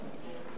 נא לשבת.